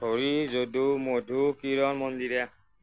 Hari Jadu Madhu Kiran Mandira